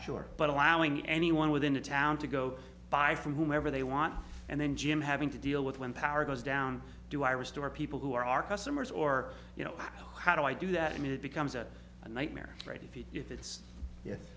sure but allowing anyone within a town to go buy from whomever they want and then jim having to deal with when the power goes down do i restore people who are our customers or you know how do i do that i mean it becomes a nightmare right if you if it's yes